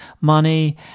money